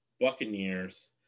Buccaneers